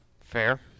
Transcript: Fair